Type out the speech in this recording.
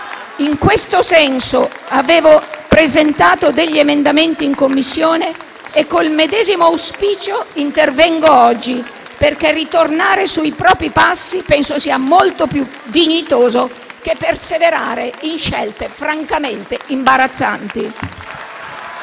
In questo senso avevo presentato degli emendamenti in Commissione e col medesimo auspicio intervengo oggi, perché ritornare sui propri passi penso sia molto più dignitoso che perseverare in scelte francamente imbarazzanti.